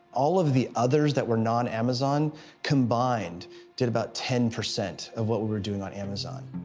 all of the others that were non-amazon combined did about ten percent of what we were doing on amazon.